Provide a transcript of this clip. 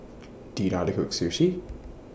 Do YOU know How to Cook Sushi